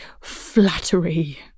flattery